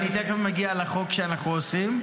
אני תכף מגיע לחוק שאנחנו עושים,